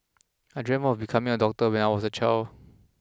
I dreamt of becoming a doctor when I was a child